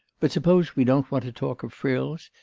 but suppose we don't want to talk of frills?